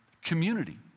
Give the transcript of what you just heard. community